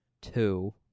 two